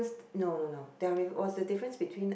no no no there was the difference between